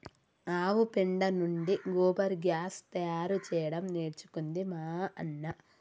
ఆవు పెండ నుండి గోబర్ గ్యాస్ తయారు చేయడం నేర్చుకుంది మా అన్న